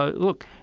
ah look,